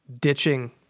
ditching